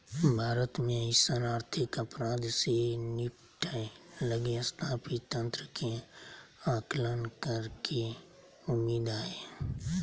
भारत में अइसन आर्थिक अपराध से निपटय लगी स्थापित तंत्र के आकलन करेके उम्मीद हइ